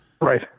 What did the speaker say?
Right